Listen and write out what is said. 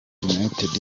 united